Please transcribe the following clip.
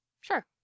Sure